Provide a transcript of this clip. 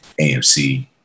amc